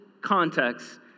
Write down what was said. context